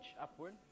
upward